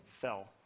fell